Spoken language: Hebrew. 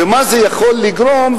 ומה זה יכול לגרום,